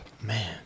Man